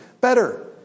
better